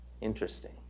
Interesting